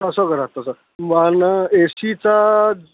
तसं करा असं तर मला एसीचा